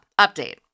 update